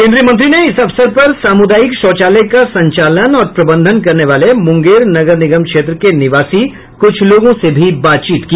केन्द्रीय मंत्री ने इस अवसर पर सामुदायिक शौचालय का संचालन और प्रबंधन करने वाले मुंगेर नगर निगम क्षेत्र के निवासी कुछ लोगों से भी बातचीत की